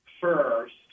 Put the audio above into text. first